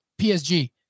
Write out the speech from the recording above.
PSG